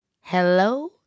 Hello